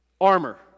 armor